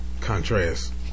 contrast